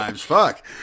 fuck